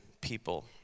people